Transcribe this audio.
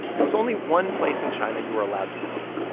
there was only one place in china you were allowed to go,